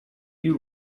you